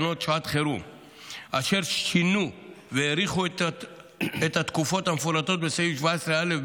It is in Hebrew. אשר שינו והאריכו את התקופות המפורטות בסעיף 17(א),